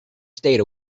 stayed